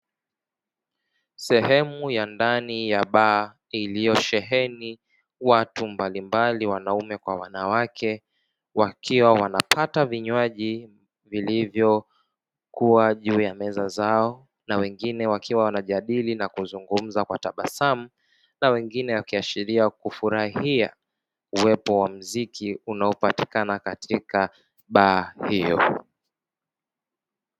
Sehemu ya ndani ya baa iliyosheheni watu mbalimbali wanaume kwa wanawake, wakiwa wanapata vinywaji vilivyokuwa juu ya meza zao na wengine wakiwa wanajadili, na kuzungumza kwa tabasamu na wengine wakiashiria kufurahia uwepo wa mziki unaopatikana katika baa hiyo.